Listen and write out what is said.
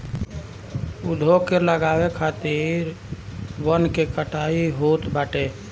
उद्योग के लगावे खातिर भी वन के कटाई होत बाटे